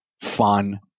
fun